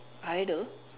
idle